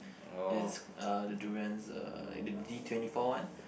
it's uh the durians uh the D twenty four one